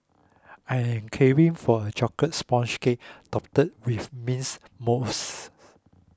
I am craving for a Chocolate Sponge Cake Topped with mints mousse